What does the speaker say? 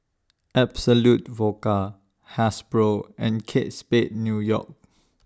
Absolut Vodka Hasbro and Kate Spade New York